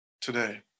today